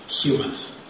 humans